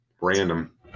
random